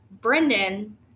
Brendan